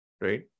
right